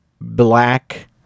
black